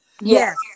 Yes